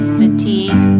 fatigue